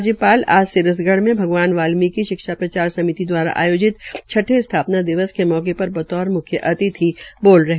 राज्यपाल आज सिरसगढ़ में भगवान वाल्मीकि शिक्षा प्रचार समिति दवारा आयोजित छठे स्थापना दिवस के अवसर पर बतौर मुख्य अतिथि सम्बोधित कर रहे थे